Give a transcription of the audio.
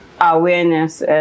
awareness